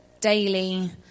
daily